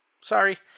Sorry